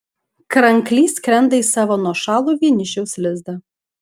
kranklys skrenda į savo nuošalų vienišiaus lizdą